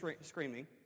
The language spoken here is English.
screaming